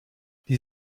die